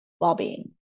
well-being